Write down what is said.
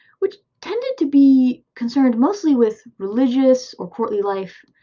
which tended to be concerned mostly with religious or courtly life,